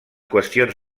qüestions